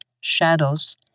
shadows